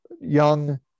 young